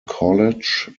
college